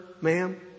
ma'am